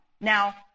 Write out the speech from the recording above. now